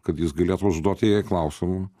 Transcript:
kad jis galėtų užduoti jai klausimų